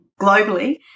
globally